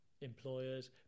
employers